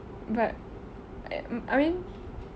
but I I mean